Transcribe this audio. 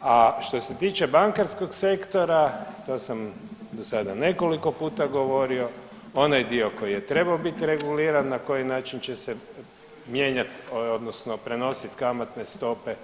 a što se tiče bankarskog sektora, to sam do sada nekoliko puta govorio, onaj dio koji je trebao biti reguliran na koji način će se mijenjat odnosno prednost kamatne stope.